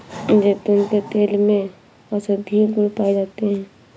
जैतून के तेल में औषधीय गुण पाए जाते हैं